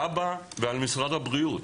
כב"ה ומשרד הבריאות.